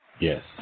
Yes